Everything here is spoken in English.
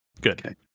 good